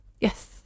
Yes